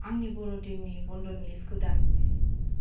आंनि बर' दिननि बन्द'नि लिस्टखौ दान